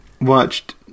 watched